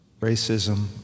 racism